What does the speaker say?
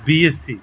BSc